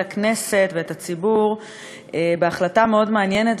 הכנסת ואת הציבור בהחלטה מאוד מעניינת,